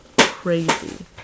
crazy